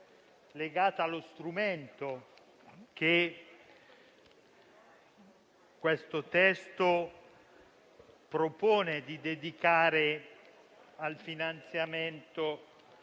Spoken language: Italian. legata allo strumento che questo testo propone di dedicare al finanziamento